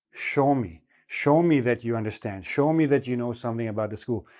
show me. show me that you understand. show me that you know something about the school.